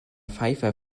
pfeiffer